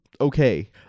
Okay